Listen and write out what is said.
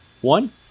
one